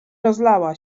rozlała